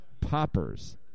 poppers